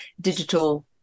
digital